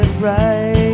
right